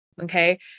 Okay